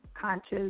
conscious